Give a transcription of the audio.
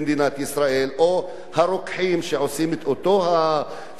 או הרוקחים שיעשו את אותו המבחן,